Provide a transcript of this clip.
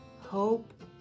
hope